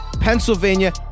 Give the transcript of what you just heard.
Pennsylvania